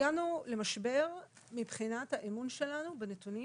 הגענו למשבר מבחינת האמון שלנו בנתונים